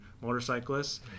motorcyclists